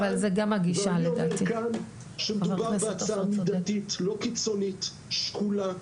מדובר בהצעה מידתית, לא קיצונית, שקולה,